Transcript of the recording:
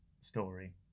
story